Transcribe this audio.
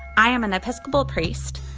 i am an episcopal priest.